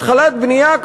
התחלת בנייה,